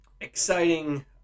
Exciting